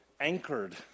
anchored